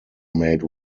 made